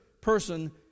person